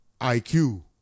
IQ